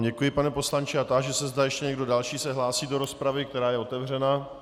Děkuji vám, pane poslanče, a táži se, zda ještě někdo další se hlásí do rozpravy, která je otevřena.